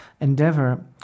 endeavor